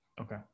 Okay